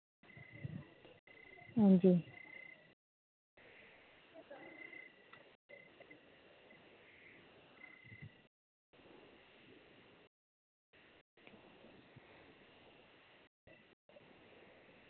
अंजी